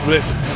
Listen